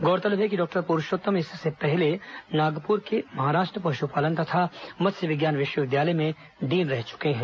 गौरतलब है कि डॉक्टर पुरुषोत्तम इससे पहले नागपुर के महाराष्ट्र पशुपालन तथा मत्स्य विज्ञान विश्वविद्यालय में डीन रह चुके हैं